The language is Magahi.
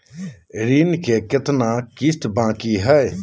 ऋण के कितना किस्त बाकी है?